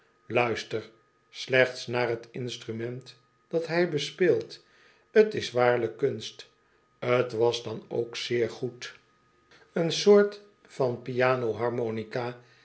luister slechts naar t instrument dat hij bespeeld t is waarlijk kunst t was dan ook zeer goed een soort van piano harmonica